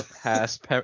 past